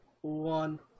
one